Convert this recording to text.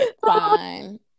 Fine